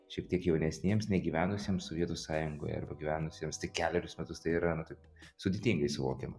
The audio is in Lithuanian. šiek tiek jaunesniems negyvenusiem sovietų sąjungoje arba gyvenusiems tik kelerius metus tai yra na taip sudėtingai suvokiama